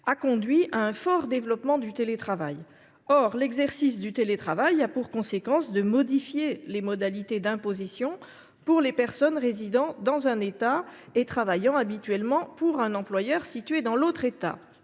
a conduit à un fort développement du télétravail ; or son exercice a pour conséquence de modifier les modalités d’imposition pour les personnes résidant dans un État et travaillant habituellement pour un employeur situé dans l’autre État,